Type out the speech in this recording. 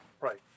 Right